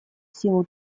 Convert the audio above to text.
силу